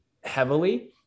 heavily